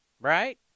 Right